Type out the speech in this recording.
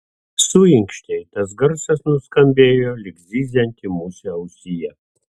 suinkštei tas garsas nuskambėjo lyg zyzianti musė ausyje